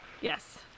Yes